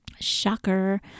Shocker